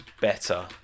better